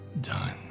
Done